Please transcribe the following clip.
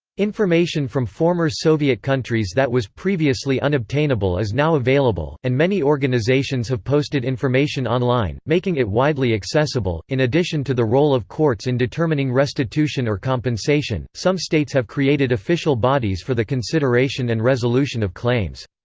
information from former soviet countries that was previously unobtainable is now available, and many organisations have posted information online, making it widely accessible in addition to the role of courts in determining restitution or compensation, some states have created official bodies for the consideration and resolution of claims.